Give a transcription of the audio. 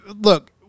look